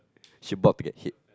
she about to get hit